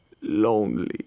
lonely